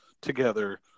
together